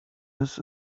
his